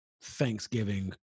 Thanksgiving